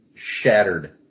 Shattered